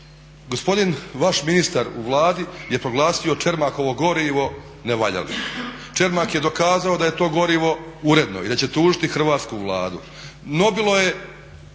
gospodin vaš ministar u Vladi je proglasio Čermakovo gorivo nevaljalim. Čermak je dokazao da je to gorivo uredno i da će tužiti Hrvatsku Vladu.